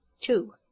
Two